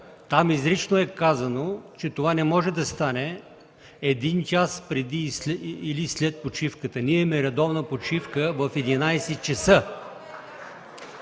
там изрично е казано, че това не може да стане един час преди или след почивката. Ние имаме редовна почивка в 11,00 ч.